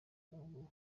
ubu